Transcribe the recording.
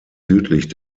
südlich